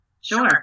Sure